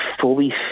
fully